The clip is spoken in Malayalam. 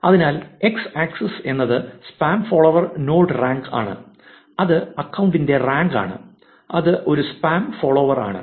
അതിനാൽ എക്സ് ആക്സിസ് എന്നത് സ്പാം ഫോളോവർ നോഡ് റാങ്ക് ആണ് അത് അക്കൌണ്ടിന്റെ റാങ്ക് ആണ് അത് ഒരു സ്പാം ഫോളോവർ ആണ്